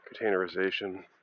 containerization